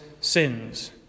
sins